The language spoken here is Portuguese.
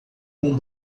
com